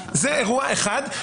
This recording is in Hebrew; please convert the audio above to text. זה אירוע אחד.